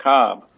Cobb